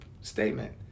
statement